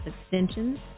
extensions